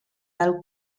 del